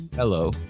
Hello